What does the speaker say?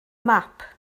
map